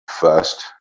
first